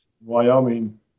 Wyoming